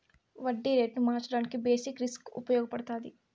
వడ్డీ రేటును మార్చడానికి బేసిక్ రిస్క్ ఉపయగపడతాది